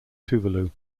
tuvalu